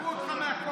פטרו אותך מהכול.